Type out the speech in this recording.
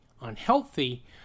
unhealthy